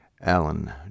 Alan